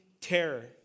terror